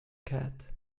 cat